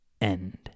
end